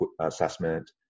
assessment